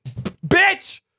bitch